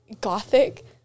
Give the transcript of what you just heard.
Gothic